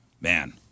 man